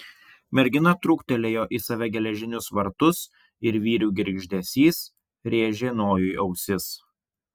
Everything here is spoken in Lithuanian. mergina truktelėjo į save geležinius vartus ir vyrių girgždesys rėžė nojui ausis